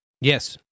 Yes